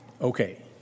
Okay